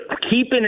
keeping